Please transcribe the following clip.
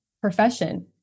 profession